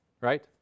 right